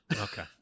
Okay